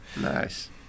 Nice